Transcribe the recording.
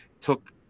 took –